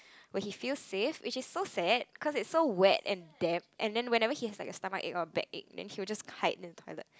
where he feels safe which is so sad cause it's so wet and damp and then whenever he has like a stomachache or a backache then he will just hide in the toilet